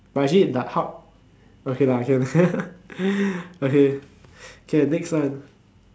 but actually like how okay lah okay okay okay next one